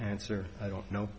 answer i don't know